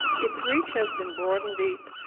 it's reach has been broad and deep,